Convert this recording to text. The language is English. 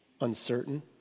uncertain